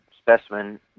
specimen